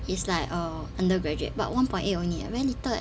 it's like uh undergraduate but one point eight only eh very little eh